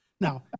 now